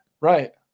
Right